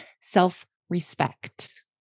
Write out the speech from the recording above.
self-respect